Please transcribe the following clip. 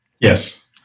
Yes